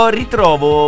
ritrovo